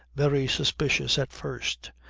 very suspicious at first,